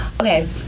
Okay